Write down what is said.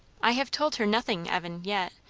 i have told her nothing, evan, yet.